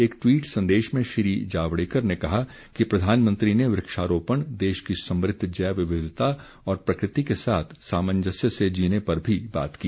एक ट्वीट संदेश में श्री जावड़ेकर ने कहा कि प्रधानमंत्री ने वृक्षारोपण देश की समृद्ध जैव विविधता और प्रकृति के साथ सामंजस्य से जीने पर भी बात की